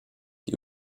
die